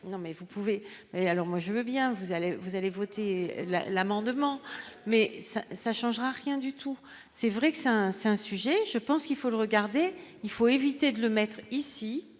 non mais vous pouvez alors moi je veux bien vous allez vous allez voter l'amendement mais ça changera rien du tout, c'est vrai que c'est un, c'est un sujet, je pense qu'il faut le regarder, il faut éviter de le mettre ici